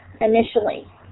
initially